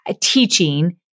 teaching